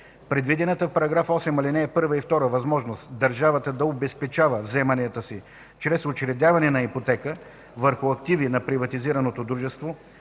Предвидената в § 8, ал. 1 и 2 възможност държавата да обезпечава вземанията си чрез учредяване на ипотека върху активи на приватизираното дружество